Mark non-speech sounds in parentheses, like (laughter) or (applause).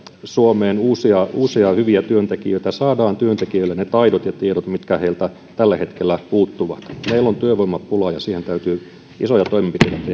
suomeen uusia hyviä työntekijöitä saamme työntekijöille ne taidot ja tiedot mitkä heiltä tällä hetkellä puuttuvat meillä on työvoimapula ja siihen täytyy isoja toimenpiteitä (unintelligible)